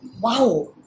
wow